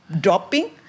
dropping